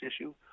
issue